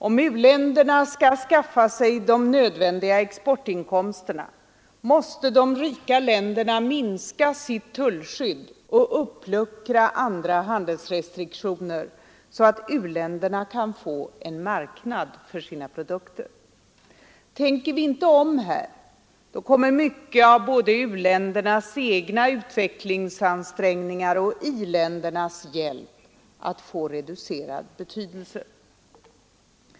Om u-länderna skall kunna skaffa sig de nödvändiga exportinkomsterna, måste de rika länderna minska sitt tullskydd och uppluckra andra handelsrestriktioner så att u-länderna kan få en marknad för sina produkter. Tänker vi inte om här, kommer mycket av både u-ländernas egna utvecklingsansträngningar och i-ländernas hjälp att få reducerad betydelse.